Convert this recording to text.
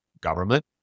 government